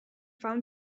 found